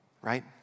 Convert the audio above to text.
right